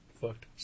Fucked